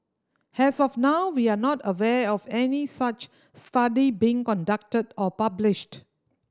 as of now we are not aware of any such study being conducted or published